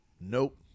Nope